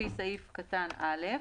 לפי סעיף קטן (א),